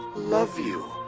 love you.